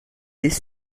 des